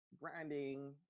branding